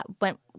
Went